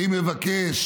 אני מבקש